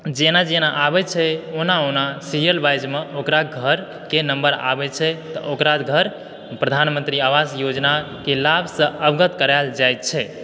जेना जेना आबैत छै ओना ओना सीरियल वाइजमे ओकरा घरके नम्बर आबैत छै तऽ ओकरा घर प्रधानमंत्री आवास योजनाके लाभसँ अवगत करायल जैत छै